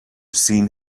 seen